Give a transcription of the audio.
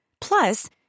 Plus